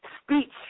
Speech